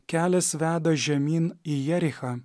kelias veda žemyn į jerichą